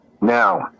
Now